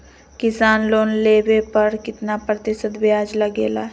किसान लोन लेने पर कितना प्रतिशत ब्याज लगेगा?